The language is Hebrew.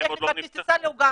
יש לי כרטיס טיסה לאוגנדה,